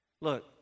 Look